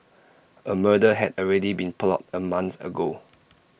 A murder had already been plotted A month ago